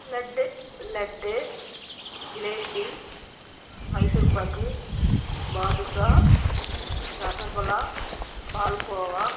laddu laddu jalebi Mysore pak badusha rasgulla palkova